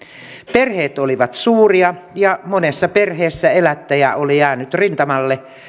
perheet olivat suuria ja monessa perheessä elättäjä oli jäänyt rintamalle